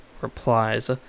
replies